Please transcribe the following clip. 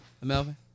Melvin